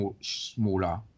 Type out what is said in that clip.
smaller